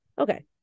okay